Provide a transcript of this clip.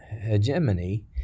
hegemony